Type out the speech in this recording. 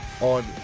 on